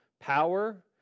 Power